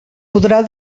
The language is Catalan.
podrà